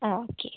ആ ഓക്കെ